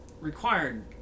required